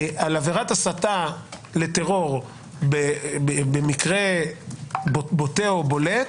עבירת הסתה לטרור במקרה בוטה או בולט